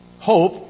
hope